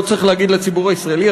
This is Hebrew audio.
לא צריך להגיד לציבור הישראלי,